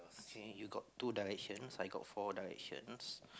K you got two directions I got four directions